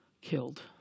killed